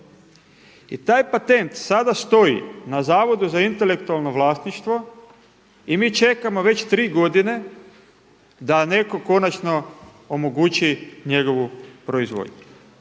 I taj patent sada stoji na Zavodu za intelektualno vlasništvo i mi čekamo već tri godine da netko konačno omogući njegovu proizvodnju.